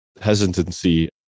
hesitancy